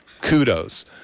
kudos